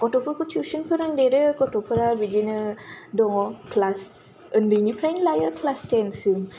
गथ'फोरखौ थुइसन फोरोंदेरो गथ'फोरा बिदिनो दङ क्लास उन्दैनिफ्रायनो लायो क्लास थेन सिम